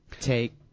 Take